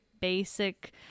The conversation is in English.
basic